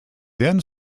then